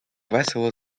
весело